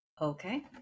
Okay